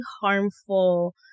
harmful